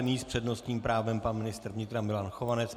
Nyní s přednostním právem pan ministr vnitra Milan Chovanec.